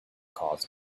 caused